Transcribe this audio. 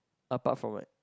apart from it